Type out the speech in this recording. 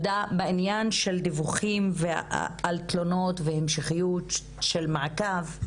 בעניין של דיווחים על תלונות והמשכיות של מעקב,